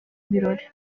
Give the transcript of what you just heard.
ibirori